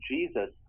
Jesus